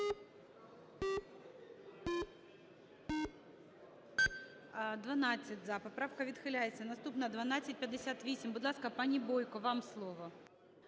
За-12 Поправка відхиляється. Наступна – 1258. Будь ласка, пані Бойко, вам слово.